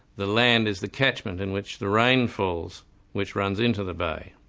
the land is the catchment in which the rain falls which runs into the bay.